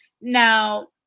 now